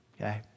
okay